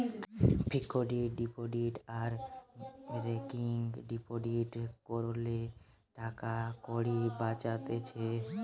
fixed deposit আর recurring deposit কোরলে টাকাকড়ি বাঁচছে